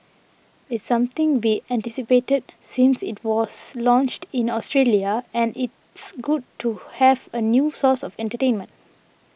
it's something we anticipated since it was launched in Australia and it's good to have a new source of entertainment